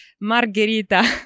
Margherita